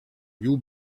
you